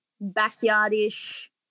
backyard-ish